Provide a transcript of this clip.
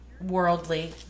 worldly